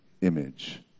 image